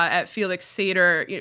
at felix sater,